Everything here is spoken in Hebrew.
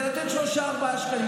זה נותן שלושה-ארבעה שקלים.